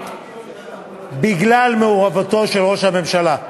בגלל מעורבותו של ראש הממשלה.